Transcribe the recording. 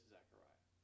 Zechariah